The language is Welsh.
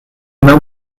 mewn